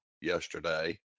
yesterday